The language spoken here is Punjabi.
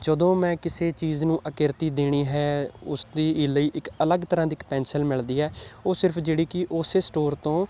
ਜਦੋਂ ਮੈਂ ਕਿਸੇ ਚੀਜ਼ ਨੂੰ ਅਕਿਰਤੀ ਦੇਣੀ ਹੈ ਉਸ ਦੀ ਲਈ ਇੱਕ ਅਲੱਗ ਤਰ੍ਹਾਂ ਦੀ ਇੱਕ ਪੈਨਸਿਲ ਮਿਲਦੀ ਹੈ ਉਹ ਸਿਰਫ਼ ਜਿਹੜੀ ਕਿ ਉਸ ਸਟੋਰ ਤੋਂ